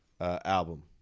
album